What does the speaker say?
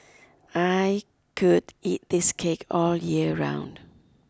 I could eat this cake all year round